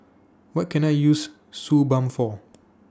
What Can I use Suu Balm For